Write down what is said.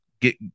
get